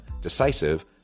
decisive